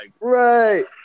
Right